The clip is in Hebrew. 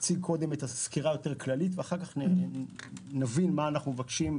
אציג את סקירה יותר כללית ואחר כך נבין מה אנחנו מבקשים,